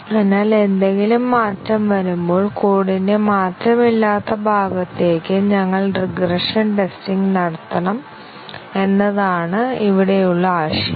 അതിനാൽ എന്തെങ്കിലും മാറ്റം വരുമ്പോൾ കോഡിന്റെ മാറ്റമില്ലാത്ത ഭാഗത്തേക്ക് ഞങ്ങൾ റിഗ്രഷൻ ടെസ്റ്റിംഗ് നടത്തണം എന്നതാണ് ഇവിടെയുള്ള ആശയം